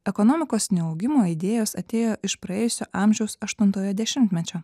ekonomikos neaugimo idėjos atėjo iš praėjusio amžiaus aštuntojo dešimtmečio